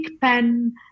pen